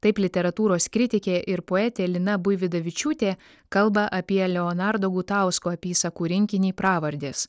taip literatūros kritikė ir poetė lina buividavičiūtė kalba apie leonardo gutausko apysakų rinkinį pravardės